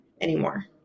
anymore